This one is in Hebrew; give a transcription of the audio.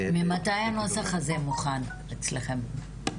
ממתי הנוסח הזה מוכן אצלכם?